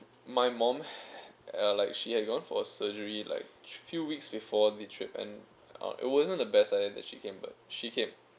my mom uh like she had gone for surgery like few weeks before the trip and uh it wasn't the best timing then she can but she came